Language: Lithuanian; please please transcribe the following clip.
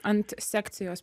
ant sekcijos